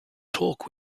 talk